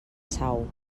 sau